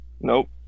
Nope